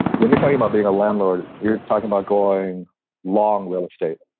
when you're talking about being a landlord, you're talking about going long real estate.